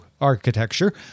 architecture